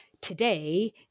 today